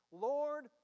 Lord